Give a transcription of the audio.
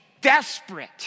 desperate